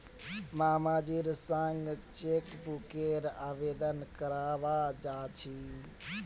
मामाजीर संग चेकबुकेर आवेदन करवा जा छि